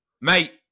mate